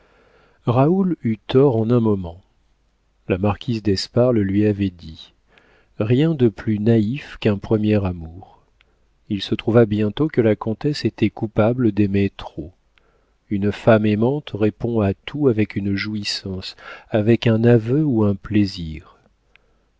raoul eut tort en un moment la marquise d'espard le lui avait dit rien de plus naïf qu'un premier amour il se trouva bientôt que la comtesse était coupable d'aimer trop une femme aimante répond à tout avec une jouissance avec un aveu ou un plaisir